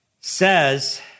says